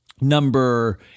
number